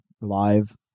live